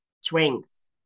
strength